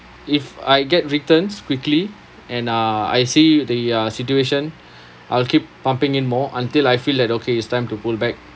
if I get returns quickly and uh I see the uh situation I'll keep pumping in more until I feel that okay it's time to pull back